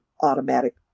automatic